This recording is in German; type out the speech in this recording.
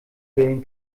willen